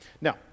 Now